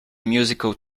musical